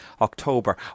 October